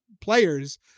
players